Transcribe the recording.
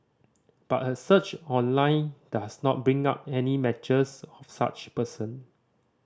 but a search online does not bring up any matches of such person